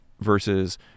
versus